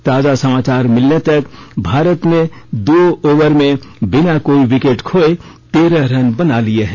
ताजा समाचार मिलने तक भारत ने दो ओवर में बिना कोई विकेट खोये तेरह रन बना लिये हैं